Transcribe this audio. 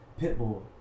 Pitbull